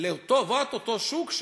לטובת אותו שוק,